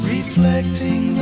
Reflecting